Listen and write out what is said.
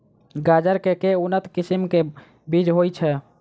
गाजर केँ के उन्नत किसिम केँ बीज होइ छैय?